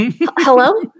Hello